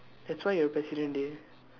that's why you're president dey